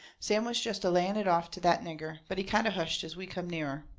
sam was jest a-laying it off to that nigger, but he kind of hushed as we come nearer.